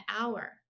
hour